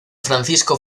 francisco